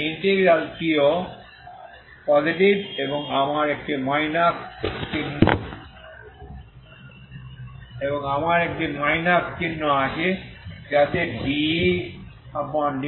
এই ইন্টেগ্রাল টিও পজিটিভ এবং আমার একটি মাইনাস চিহ্ন আছে যাতে dEdt≤0হয়